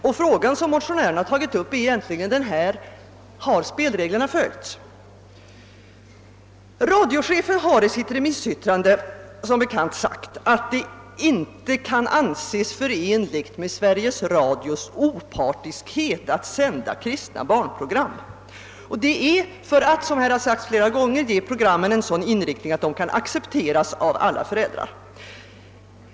Den fråga som motionärerna tagit upp är egentligen: Har spelreglerna följts? Radiochefen har i sitt remissyttrande som bekant uttalat att det inte kan anses förenligt med Sveriges Radios opartiskhet att sända kristna barnprogram, och detta för att programmen skall ges en sådan inriktning att de kan accepteras av alla föräldrar.